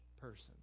person